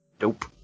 Nope